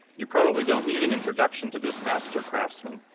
you probably don't need an introduction to this master craftsman.